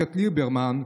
איווט ליברמן,